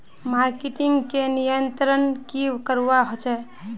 Marketing का नियंत्रण की करवा होचे?